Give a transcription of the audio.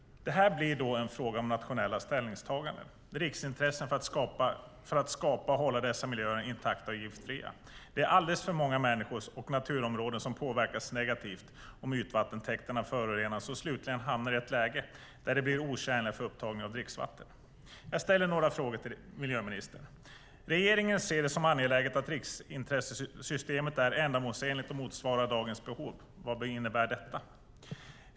Det blir en fråga om nationella ställningstaganden, om riksintressen, för att hålla dessa miljöer intakta och giftfria. Det är alldeles för många människor och naturområden som påverkas negativt om ytvattentäkterna förorenas och slutligen hamnar i ett läge där de blir otjänliga för upptagning av dricksvatten. Låt mig ställa några frågor till miljöministern. Regeringen ser det som angeläget att riksintressesystemet är ändamålsenligt och motsvarar dagens behov. Vad innebär detta?